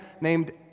named